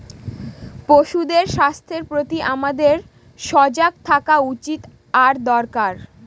পশুদের স্বাস্থ্যের প্রতি আমাদের সজাগ থাকা উচিত আর দরকার